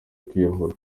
kwiyahura